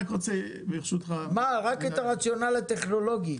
רק את הרציונל הטכנולוגי.